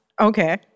Okay